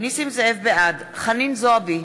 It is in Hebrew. בעד חנין זועבי,